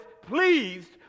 pleased